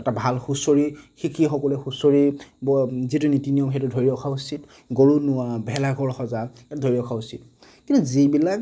এটা ভাল হুঁচৰি শিকি সকলোৱে হুঁচৰি যিটো নীতি নিয়ম সেইটো ধৰি ৰখা উচিত গৰু নোওৱা ভেলাঘৰ সজা ধৰি ৰখা উচিত কিন্তু যিবিলাক